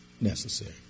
necessary